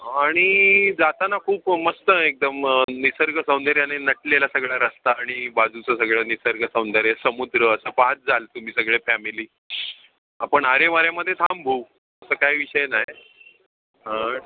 आणि जाताना खूप मस्त आहे एकदम निसर्गसौंदर्य आणि नटलेला सगळा रस्ता आणि बाजूचं सगळं निसर्गसौंदर्य समुद्र असं पाहात जाल तुम्ही सगळे फॅमिली आपण आरेवारेमध्ये थांबू असं काय विषय नाही